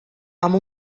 amb